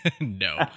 No